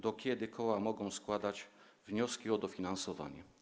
Do kiedy koła mogą składać wnioski o dofinansowanie?